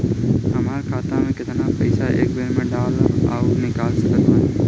हमार खाता मे केतना पईसा एक बेर मे डाल आऊर निकाल सकत बानी?